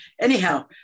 Anyhow